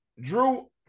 drew